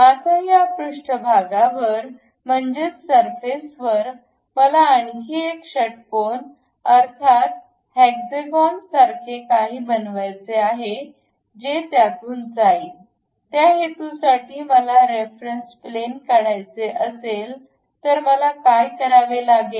आता या पृष्ठभागावर म्हणजेच सरफेसवर मला आणखी एक षटकोन अर्थात हॅक्सगान सारखे काही बनवायचे आहे जे त्यातून जाईल त्या हेतूसाठी जर मला रेफरन्स प्लेन काढायचे असेल तर मला काय करावे लागेल